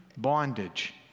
bondage